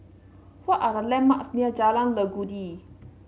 what are the landmarks near Jalan Legundi